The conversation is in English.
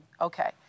Okay